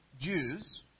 Jews